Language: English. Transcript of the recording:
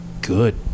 good